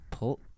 Pull